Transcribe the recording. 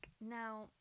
Now